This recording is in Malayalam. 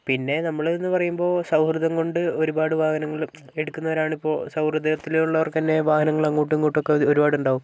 പിന്നെ നമ്മളെന്ന് പറയുമ്പോൾ സൗഹൃദം കൊണ്ട് ഒരുപാട് വാഹനങ്ങൾ എടുക്കുന്നവരാണ് ഇപ്പോൾ സൗഹൃദത്തിലെ ഉള്ളവർക്ക് തന്നെ വാഹനങ്ങൾ അങ്ങോട്ടും ഇങ്ങോട്ടും ഒക്കെ ഒരുപാടുണ്ടാകും